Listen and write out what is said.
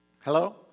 Hello